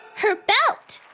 her belt!